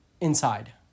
Inside